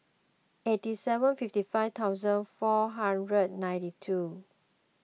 eighty seven fifty five thousand four hundred ninety two